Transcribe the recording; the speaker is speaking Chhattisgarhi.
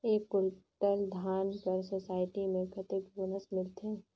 एक कुंटल धान कर सोसायटी मे कतेक बोनस मिलथे?